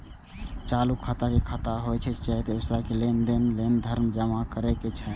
चालू खाता ऊ खाता होइ छै, जतय व्यावसायिक लेनदेन लेल धन जमा कैल जाइ छै